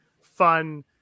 fun